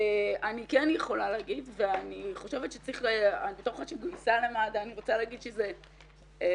אני כן יכולה לומר וכאחת שגויסה למד"א אני יכולה לומר שזה מאוד